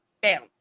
bam